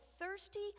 thirsty